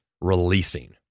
releasing